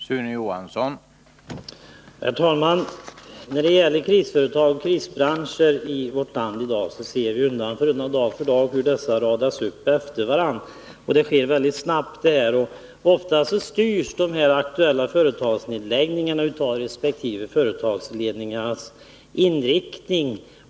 Herr talman! I dag ser vi hur krisföretag och krisbranscher i vårt land undan för undan radats upp efter varandra. Det sker väldigt snabbt, och ofta styrs de aktuella företagsnedläggningarna av resp. företagsledningars inriktning.